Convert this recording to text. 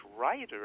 writer